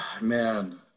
man